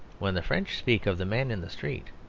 when the french speak of the man in the street,